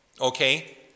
Okay